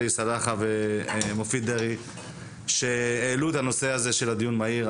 עלי סלאלחה ומופיד מרעי שהעלו את הנושא הזה של הדיון המהיר,